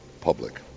public